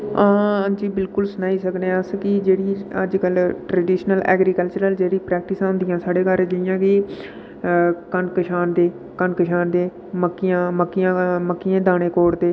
आं जी बिल्कुल सनाई सकने आं अस कि जेह्ड़ी अजकल ट्रडिशनल ऐग्रीकल्चरल ऐ जेह्ड़ी प्रैक्टसां होंदियां जि'यां साढ़े घर कि अ कनक छानदे कनक छानदे मक्कें दे दाने घुटदे